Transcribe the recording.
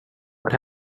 what